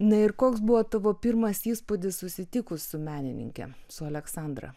na ir koks buvo tavo pirmas įspūdis susitikus su menininke su aleksandra